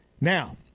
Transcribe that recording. Now